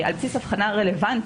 על בסיס הבחנה רלוונטית,